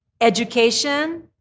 Education